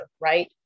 right